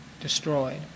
destroyed